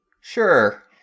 Sure